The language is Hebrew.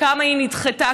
כמה היא נדחתה?